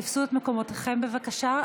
תפסו את מקומותיכם, בבקשה.